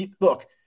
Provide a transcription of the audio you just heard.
look